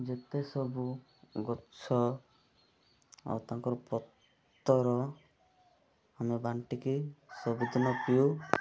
ଯେତେ ସବୁ ଗଛ ଆଉ ତାଙ୍କର ପତ୍ର ଆମେ ବାଟିକି ସବୁଦିନ ପିଉ